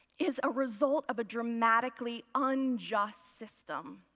is a result of a dramatically unjust system.